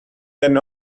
than